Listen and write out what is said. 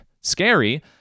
scary